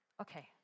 okay